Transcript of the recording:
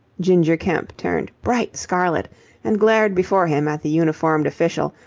ginger kemp turned bright scarlet and glared before him at the uniformed official,